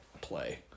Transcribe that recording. play